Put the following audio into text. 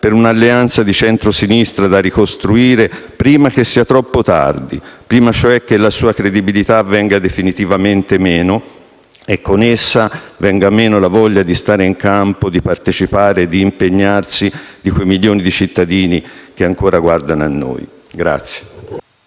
per un'alleanza di centrosinistra da ricostruire prima che sia troppo tardi, prima cioè che la sua credibilità venga definitivamente meno e con essa venga meno la voglia di stare in campo, di partecipare, di impegnarsi di quei milioni di cittadini che ancora guardano a noi.